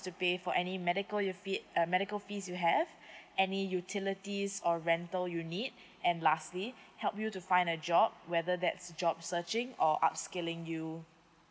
to pay for any medical you~ fee uh medical fees you have any utilities or rental unit and lastly help you to find a job whether that's job searching or upskilling you